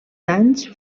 danys